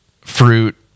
fruit